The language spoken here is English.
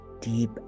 deep